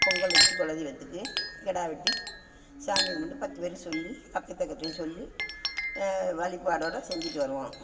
பொங்கல் வெச்சு குல தெய்வத்துக்கு கிடா வெட்டி சாமி கும்பிட்டு பத்து பேருக்கு சொல்லி பக்கத்து அக்கத்துலேயும் சொல்லி வழிப்பாடோட செஞ்சுட்டு வருவோம்